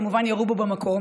כמובן שירו במקום,